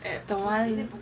the one